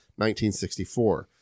1964